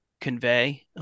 convey